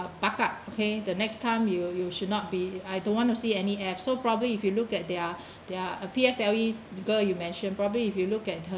okay the next time you you should not be I don't want to see any F so probably if you look at their their P_S_L_E girl you mention probably if you look at her